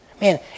Man